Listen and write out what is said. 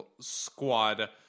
squad